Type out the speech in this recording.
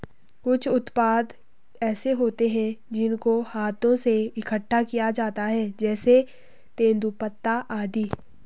कुछ उत्पाद ऐसे होते हैं जिनको हाथों से इकट्ठा किया जाता है जैसे तेंदूपत्ता आदि